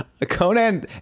Conan